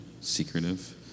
Secretive